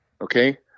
Okay